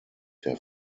der